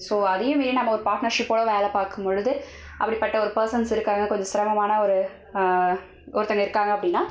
so அதையும் மீறி நம்ம ஒரு பார்ட்னர்ஷிப்போடய வேலை பார்க்கும் பொழுது அப்படிப்பட்ட ஒரு பர்சன்ஸ் இருக்காங்க கொஞ்சம் சிரமமான ஒரு ஒருதவங்க இருக்காங்க அப்படின்னா